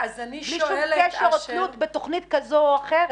בלי שום קשר או תלות בתכנית כזו או אחרת.